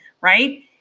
right